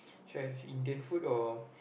should I have Indian food or